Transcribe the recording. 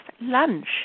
lunch